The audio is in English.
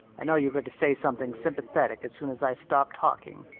i know you're going to say something sympathetic as soon as i stop talking.